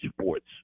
sports